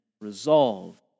resolve